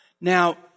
Now